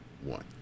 one